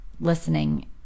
listening